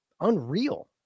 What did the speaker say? Unreal